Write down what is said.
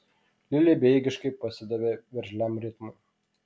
lilė bejėgiškai pasidavė veržliam ritmui